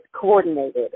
coordinated